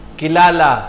kilala